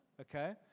Okay